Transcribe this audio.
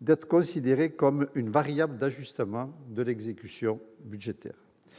d'être considérée comme une variable d'ajustement de l'exécution budgétaire.